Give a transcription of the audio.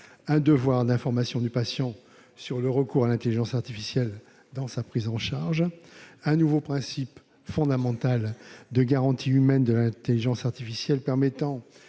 un devoir d'information du patient sur le recours à l'intelligence artificielle dans sa prise en charge ; un nouveau principe, fondamental, de garantie humaine de l'intelligence artificielle, permettant